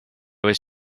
was